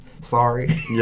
sorry